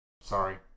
Sorry